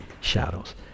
shadows